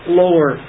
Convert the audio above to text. lower